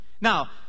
Now